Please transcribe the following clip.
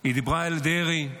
היא דיברה אל דרעי,